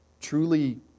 truly